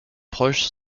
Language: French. proches